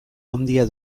handia